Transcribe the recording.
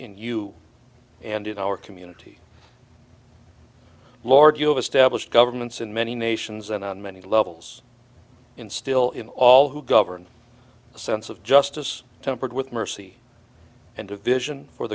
in you and in our community lord you established governments in many nations and on many levels instill in all who govern a sense of justice tempered with mercy and a vision for